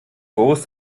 groß